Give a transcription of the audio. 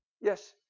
Yes